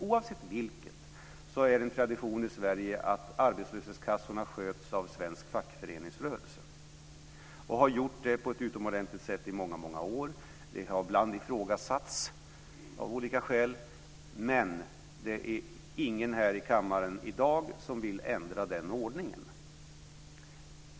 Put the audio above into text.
Oavsett vilket är det en tradition i Sverige att arbetslöshetskassorna sköts av svensk fackföreningsrörelse, och har gjort det på ett utomordentligt sätt under många år. De har ibland ifrågasatts av olika skäl. Men det finns ingen här i kammaren i dag som vill ändra den ordningen.